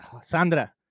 Sandra